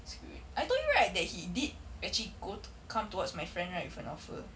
screwed I told you right that he did actually go to come towards my friend right with an offer